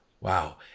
Wow